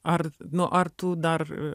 ar nu ar tu dar